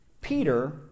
Peter